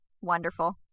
wonderful